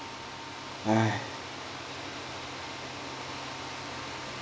!hais!